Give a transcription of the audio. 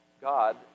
God